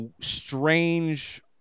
strange